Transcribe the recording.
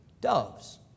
doves